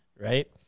right